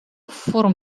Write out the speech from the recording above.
форум